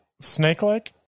snake-like